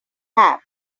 have